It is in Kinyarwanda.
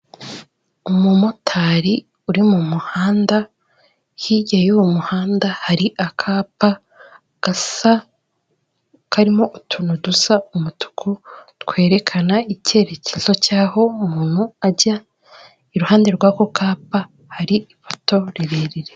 Umumotari uri mu muhanda, hirya y'uwo muhanda hari akapa gasa, karimo utuntu dusa umutuku, twerekana icyerekezo cy'aho umuntu ajya, iruhande rw'ako kapa hari ipoto rirerire.